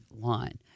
line